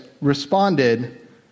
responded